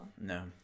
no